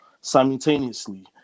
Simultaneously